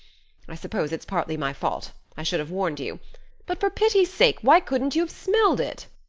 i suppose it's partly my fault i should have warned you but for pity's sake why couldn't you have smelled it?